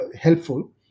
helpful